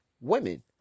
women